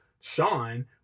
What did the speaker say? Sean